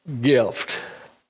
gift